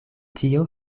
tio